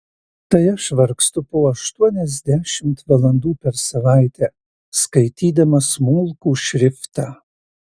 tai aš vargstu po aštuoniasdešimt valandų per savaitę skaitydama smulkų šriftą